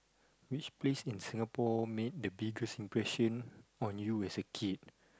which place in Singapore makes the biggest impression on you as a kid